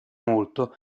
molto